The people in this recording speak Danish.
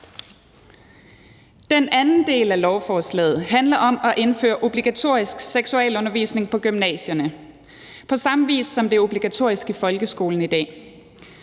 Den anden del af lovforslaget handler om at indføre obligatorisk seksualundervisning på gymnasierne på samme vis, som det er obligatorisk i folkeskolen i dag.